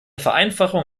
vereinfachung